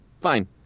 fine